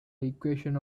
equation